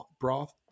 broth